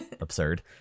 absurd